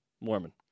Mormon